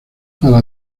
para